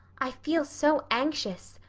i feel so anxious.